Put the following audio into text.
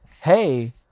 Hey